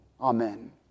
Amen